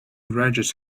regis